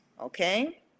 okay